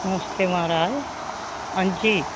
नमस्ते महाराज हां जी